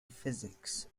physics